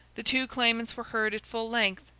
the two claimants were heard at full length,